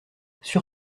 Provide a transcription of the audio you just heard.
sur